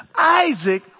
Isaac